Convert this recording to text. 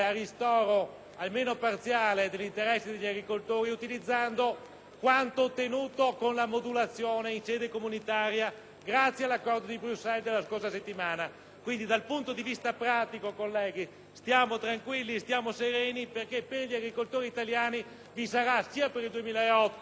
quanto ottenuto con la modulazione in sede comunitaria, grazie all'accordo di Bruxelles della scorsa settimana. Quindi, dal punto di vista pratico stiamo tranquilli e sereni perché per gli agricoltori italiani vi sarà, sia per il 2008 sia per il 2009, un adeguato Fondo di solidarietà.